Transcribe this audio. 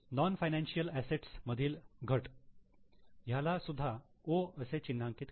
non financial assets मधील घटक ह्याला सुभा 'O' असे चिन्हांकित करू